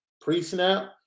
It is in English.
pre-snap